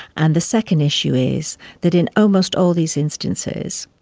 and the second issue is that in almost all these instances,